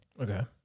Okay